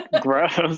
gross